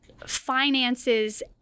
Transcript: finances